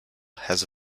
has